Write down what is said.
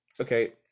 okay